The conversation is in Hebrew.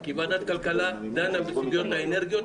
כי ועדת הכלכלה דנה בסוגיות האנרגיה,